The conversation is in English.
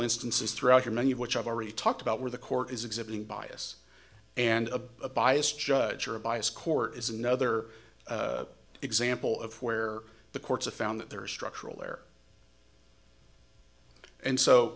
instances throughout her many of which i've already talked about where the court is exhibiting bias and a bias judge or a bias court is another example of where the courts a found that there are structural there and so